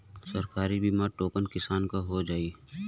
सरकारी बीमा छोटकन किसान क हो जाई?